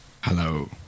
Hello